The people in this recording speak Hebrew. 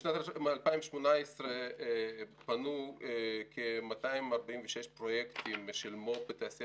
בשנת 2018 פנו כ-246 פרויקטים של מו"פ בתעשייה